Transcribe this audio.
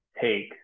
take